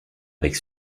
avec